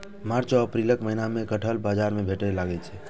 मार्च आ अप्रैलक महीना मे कटहल बाजार मे भेटै लागै छै